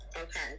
Okay